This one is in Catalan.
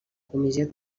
comissió